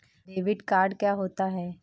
Debit card क्या होता है?